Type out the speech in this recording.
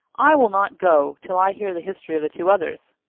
i will not go, till i hear the history of the two others.